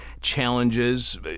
challenges